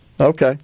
Okay